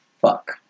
fuck